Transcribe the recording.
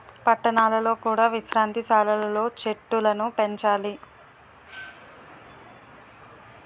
పట్టణాలలో కూడా విశ్రాంతి సాలలు లో చెట్టులను పెంచాలి